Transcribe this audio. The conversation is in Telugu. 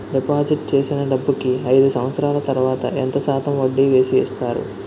డిపాజిట్ చేసిన డబ్బుకి అయిదు సంవత్సరాల తర్వాత ఎంత శాతం వడ్డీ వేసి ఇస్తారు?